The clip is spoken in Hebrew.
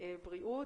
הבריאות.